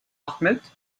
ahmed